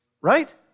Right